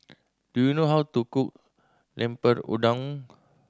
do you know how to cook Lemper Udang